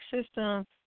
system